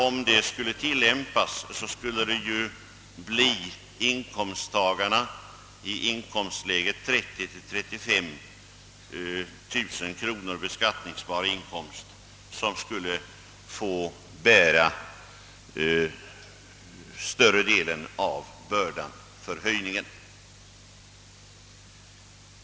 Om det skulle tillämpas så skulle det ju bli inkomsttagarna i inkomstläget 30 000— 35 000 kronor beskattningsbar inkomst som skulle få bära större delen av bördan.